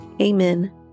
Amen